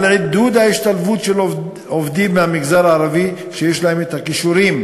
על עידוד ההשתלבות של עובדים מהמגזר הערבי שיש להם הכישורים